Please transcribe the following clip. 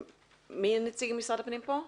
מי נציג משרד הפנים פה?